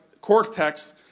cortex